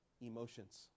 emotions